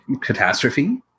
catastrophe